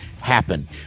happen